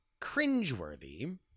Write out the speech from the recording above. cringeworthy